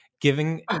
giving